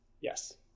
yes